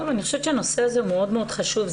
אני חושבת שהנושא הזה מאוד מאוד חשוב,